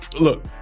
look